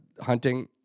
hunting